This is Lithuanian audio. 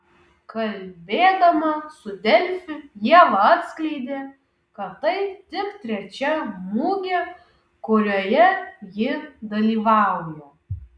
kalbėdama su delfi ieva atskleidė kad tai tik trečia mugė kurioje ji dalyvauja